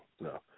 no